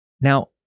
Now